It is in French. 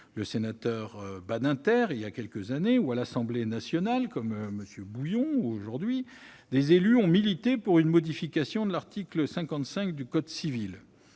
avec Robert Badinter il y a quelques années, ou à l'Assemblée nationale, avec M. Bouillon -, des élus ont milité pour une modification de l'article 55 du code civil.